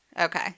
Okay